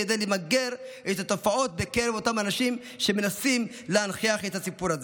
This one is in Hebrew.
כדי למגר את התופעות בקרב אותם אנשים שמנסים להנכיח את הסיפור הזה.